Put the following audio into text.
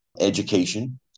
Education